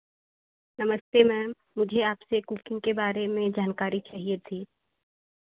नमस्ते मैम मुझे आपसे कुकिंग के बारे में जानकारी चाहिए थी